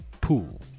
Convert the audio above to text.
pool